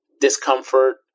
discomfort